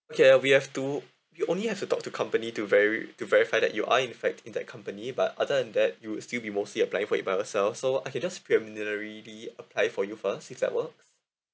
okay uh we have to you only have to talk to company to veri~ to verify that you are in fact in that company but other than that you would still be mostly applying it by yourself so I can just preliminarily apply for you first if that works